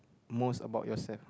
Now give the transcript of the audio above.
most about yourself